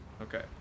Okay